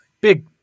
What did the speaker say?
Big